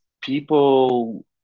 people